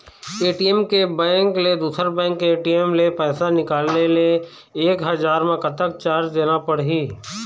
ATM के bank ले दुसर बैंक के ए.टी.एम ले पैसा निकाले ले एक हजार मा कतक चार्ज देना पड़ही?